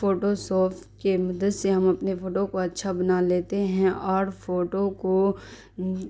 photo shop کے مدد سے ہم اپنے فوٹو کو اچھا بنا لیتے ہیں اور فوٹو کو